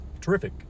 terrific